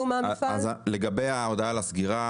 לגבי ההודעה על הסגירה,